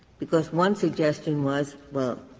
because one suggestion was well,